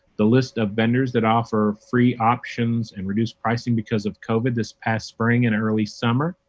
the list of vendors that offer free options and reduced pricing because of covid this past spring and early summer.